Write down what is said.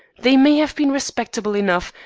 they may have been respectable enough,